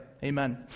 Amen